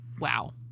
Wow